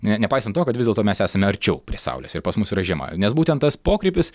ne nepaisant to kad vis dėlto mes esame arčiau prie saulės ir pas mus yra žiema nes būtent tas pokrypis